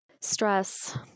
stress